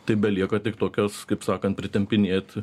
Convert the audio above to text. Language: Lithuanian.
tai belieka tik tokias kaip sakant pritempinėt